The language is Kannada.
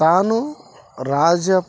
ತಾನು ರಾಜ